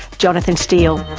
jonathan steel.